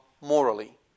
morally